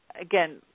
again